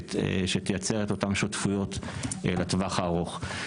תומכת שתייצר את אותן שותפויות לטווח הארוך.